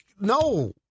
no